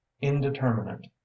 indeterminate